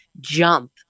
jump